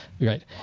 right